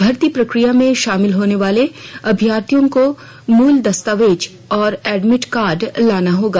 भर्ती प्रकिया में शामिल होने वाले अभ्यर्थियों को मूल दस्तावेज और एडमिट कार्ड लाना होगा